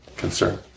concern